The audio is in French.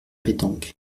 pétanque